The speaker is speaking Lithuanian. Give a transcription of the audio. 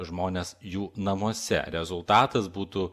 žmones jų namuose rezultatas būtų